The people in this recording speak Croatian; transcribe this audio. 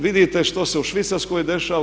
Vidite što se u Švicarskoj dešava, EU?